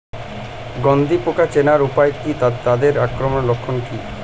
গন্ধি পোকা চেনার উপায় কী তাদের আক্রমণের লক্ষণ কী?